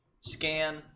scan